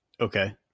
Okay